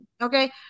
Okay